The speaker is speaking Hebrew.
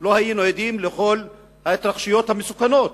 לא היינו עדים לכל ההתרחשויות המסוכנות,